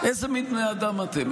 איזה מין בני אדם אתם?